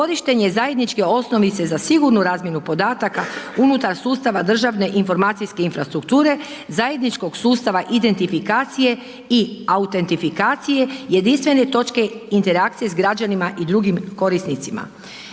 korištenje zajedničke osnovice sa sigurnu razmjenu podataka unutar sustava državne informacijske infrastrukture, zajedničkog sustava identifikacije i autentifikacije, jedinstvene točke interakcije s građanima i drugim korisnicima.